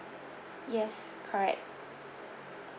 yes correct